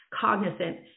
cognizant